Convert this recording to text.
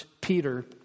Peter